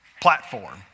platform